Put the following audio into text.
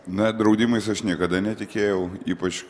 na draudimais aš niekada netikėjau ypač